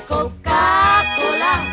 Coca-Cola